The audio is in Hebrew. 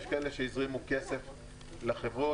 יש כאלה שהזרימו כסף לחברות.